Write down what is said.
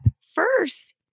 First